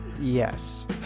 yes